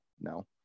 no